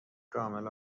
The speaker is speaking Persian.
کامل